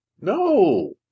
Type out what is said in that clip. No